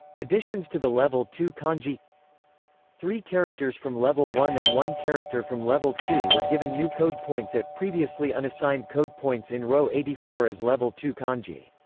additions to the level two kanji three characters from level one and one character from level two were given new code points at previously unassigned code points in row eighty four as level two kanji.